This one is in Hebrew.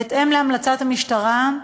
בהתאם להמלצת המשטרה,